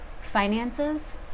finances